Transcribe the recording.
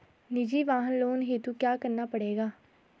निजी वाहन लोन हेतु क्या करना पड़ेगा?